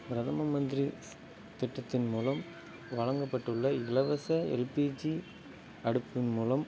பிரதம மந்திரிஸ் திட்டத்தின் மூலம் வழங்கப்பட்டுள்ள இலவச எல்பிஜி அடுப்பின் மூலம்